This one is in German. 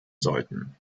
sollten